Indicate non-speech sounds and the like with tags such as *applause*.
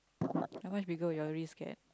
*noise* how much bigger will your wrist get